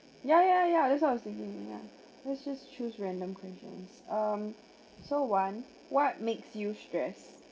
ya ya ya that's what I was thinking ya let's just choose random questions um so one what makes you stress